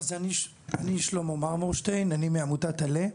אז אני שלמה מרמורשטיין מעמותת "על"ה",